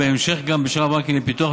ובהמשך גם בשאר הבנקים לפיתוח,